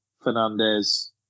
Fernandez